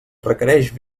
requereix